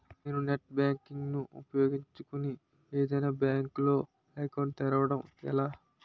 నేను net banking ను ఉపయోగించుకుని ఏదైనా బ్యాంక్ లో అకౌంట్ తెరవడం ఎలా?